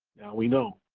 we know,